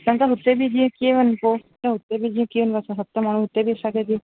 त अंकल हुते बि जीअं कीअं वञिबो त हुते बि जीअं कीअं असां सत माण्हू हिते बि छॾे ॾियो